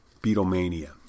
Beatlemania